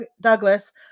Douglas